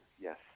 yes